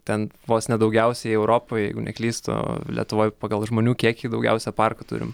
ten vos ne daugiausiai europoj jeigu neklystu lietuvoj pagal žmonių kiekį daugiausia parkų turim